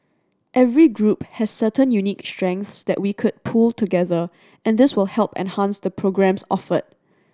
every group has certain unique strengths that we could pool together and this will help enhance the programmes offered